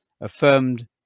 affirmed